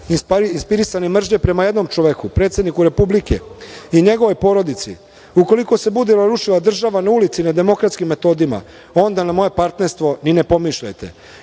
inspirisane mržnje prema jednom čoveku, predsedniku Republike i njegovoj porodici, ukoliko se bude rušila država na ulici nedemokratskim metodima, onda na moje partnerstvo ni ne pomišljajte. Ja